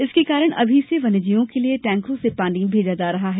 इसके कारण अभी से वन्यजीवों के लिए टैंकरों से पानी भेजा जा रहा है